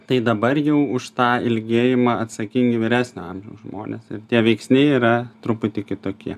tai dabar jau už tą ilgėjimą atsakingi vyresnio amžiaus žmonės ir tie veiksniai yra truputį kitokie